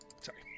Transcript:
Sorry